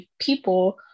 people